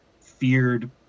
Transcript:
feared